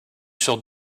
sur